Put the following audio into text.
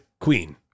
Queen